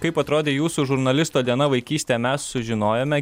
kaip atrodė jūsų žurnalisto diena vaikystę mes sužinojome